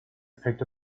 picked